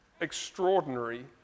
extraordinary